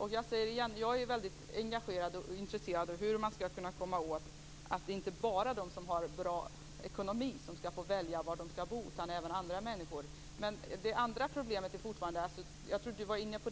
säger. Jag säger återigen att jag är engagerad i och intresserad av hur man skall komma åt detta. Det är inte bara de som har en bra ekonomi som skall få välja var de skall bo, utan det skall även andra människor få göra. Sedan till det andra problemet, som jag tror att Owe Hellberg var inne på.